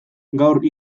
gaur